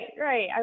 right